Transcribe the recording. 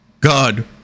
God